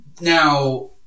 Now